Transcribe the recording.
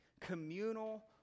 Communal